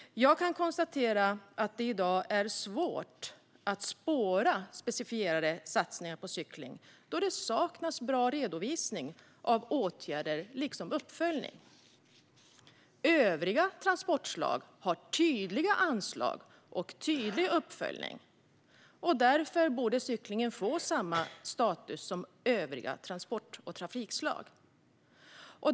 Jag kan konstatera att det i dag är svårt att spåra specificerade satsningar på cykling, då det saknas bra redovisning av såväl åtgärder som uppföljning. Övriga transportslag har tydliga anslag och tydlig uppföljning. Cyklingen borde få samma status som övriga transport och trafikslag.